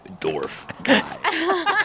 dwarf